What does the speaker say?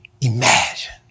Imagine